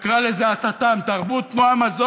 אני קורא אותך לסדר פעם שנייה.